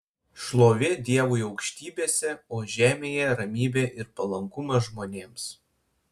šlovė dievui aukštybėse o žemėje ramybė ir palankumas žmonėms